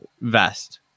vest